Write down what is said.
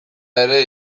ere